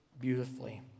beautifully